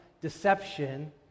Deception